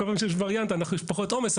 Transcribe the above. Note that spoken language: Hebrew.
כל פעם שיש וריאנט, יש פחות עומס.